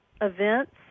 events